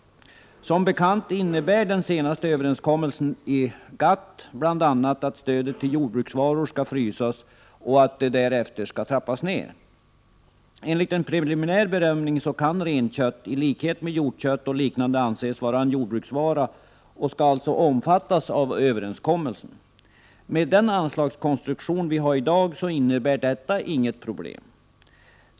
Som bekant innebär den senaste överenskommelsen i GATT bl.a. att stödet till jordbruksvaror skall frysas och därefter trappas ned. Enligt en preliminär bedömning kan renkött i likhet med hjortkött och liknande anses vara jordbruksvara och skall alltså omfattas av överenskommelsen. Med den anslagskonstruktion vi har i dag innebär detta inget problem.